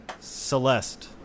Celeste